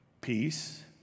peace